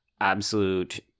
absolute